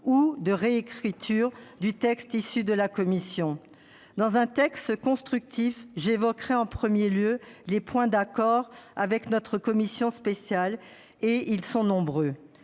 ou de réécriture du texte issu de la commission. Dans un esprit constructif, j'évoquerai en premier lieu les points d'accord avec notre commission spéciale- et ils sont nombreux.